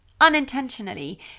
unintentionally